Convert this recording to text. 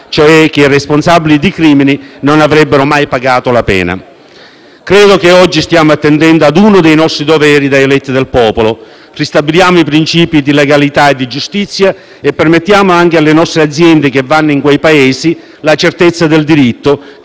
cioè che i responsabili di crimini non avrebbero mai pagato la pena. Credo che oggi stiamo attendendo ad uno dei nostri doveri da eletti del popolo. Ristabiliamo i principi di legalità e di giustizia e permettiamo anche alle nostre aziende che vanno in quei Paesi la certezza del diritto,